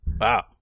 Wow